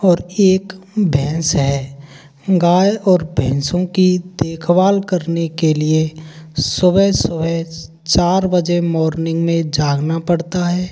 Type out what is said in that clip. और एक भैंस है गाय और भैसों की देखभाल करने के लिए सुबह सुबह चार बजे मॉर्निंग में जागना पड़ता है